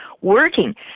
working